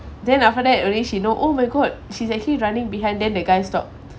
then after that only she know oh my god she's actually running behind then the guy stop